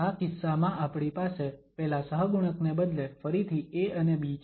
આ કિસ્સામાં આપણી પાસે પેલા સહગુણક ને બદલે ફરીથી A અને B છે